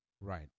Right